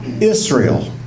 Israel